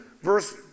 verse